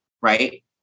right